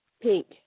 Pink